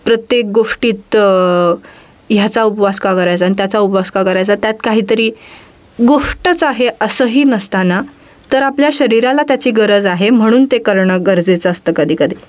प्रत्येक गोष्टीत ह्याचा उपवास का करायचा आणि त्याचा उपवास का करायचा त्यात काहीतरी गोष्टच आहे असंही नसताना तर आपल्या शरीराला त्याची गरज आहे म्हणून ते करणं गरजेचं असतं कधीकधी